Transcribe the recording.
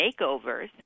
makeovers